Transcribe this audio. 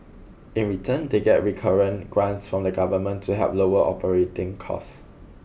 in return they get recurrent grants from the government to help lower operating costs